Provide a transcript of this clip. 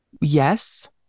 Yes